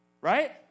right